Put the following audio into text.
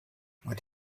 what